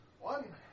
One